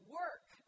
work